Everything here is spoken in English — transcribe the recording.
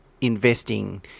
investing